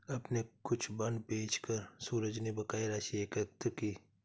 अपने कुछ बांड बेचकर सूरज ने बकाया राशि एकत्र की